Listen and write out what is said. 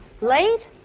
Late